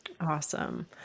Awesome